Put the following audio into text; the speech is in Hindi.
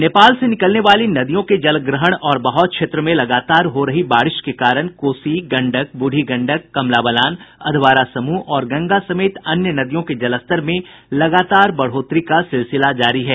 नेपाल से निकलने वाली नदियों के जलग्रहण और बहाव क्षेत्र में लगातार हो रही बारिश के कारण कोसी गंडक बूढ़ी गंडक कमला बलान अधवारा समूह और गंगा समेत अन्य नदियों के जलस्तर में लगातार बढ़ोतरी का सिलसिला जारी है